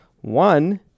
One